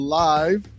live